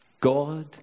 God